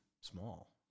small